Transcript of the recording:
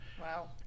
Wow